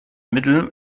mittel